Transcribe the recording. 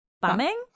Bumming